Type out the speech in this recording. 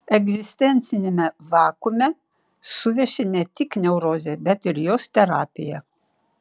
egzistenciniame vakuume suveši ne tik neurozė bet ir jos terapija